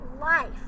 life